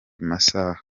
masaha